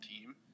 team